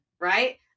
right